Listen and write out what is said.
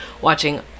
watching